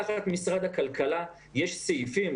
תחת משרד הכלכלה יש סעיפים,